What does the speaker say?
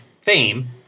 fame